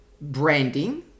branding